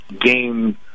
game